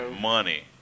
money